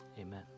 Amen